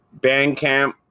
Bandcamp